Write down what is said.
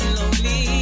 lonely